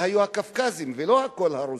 אלה היו הקווקזים, ולא כל הרוסים.